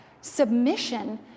submission